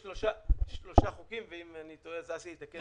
יש שלושה חוקים, ואם אני טועה אסי יתקן אותי.